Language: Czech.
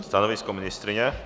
Stanovisko ministryně?